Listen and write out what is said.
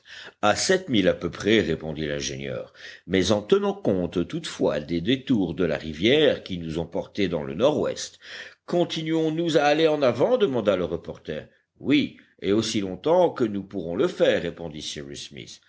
à sept milles à peu près répondit l'ingénieur mais en tenant compte toutefois des détours de la rivière qui nous ont portés dans le nord-ouest continuons nous à aller en avant demanda le reporter oui et aussi longtemps que nous pourrons le faire répondit